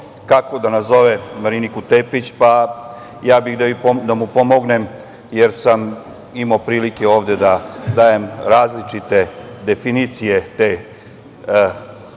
kako da nazove Mariniku Tepić. Ja bih da mu pomognem jer sam imao prilike ovde da dajem različite definicije te